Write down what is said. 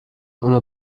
اونو